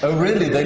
ah really? like